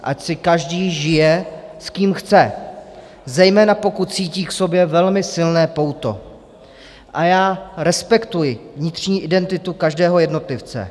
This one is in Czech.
Ať si každý žije, s kým chce, zejména pokud cítí k sobě velmi silné pouto, a já respektuji vnitřní identitu každého jednotlivce.